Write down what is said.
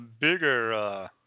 bigger